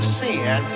sin